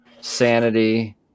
sanity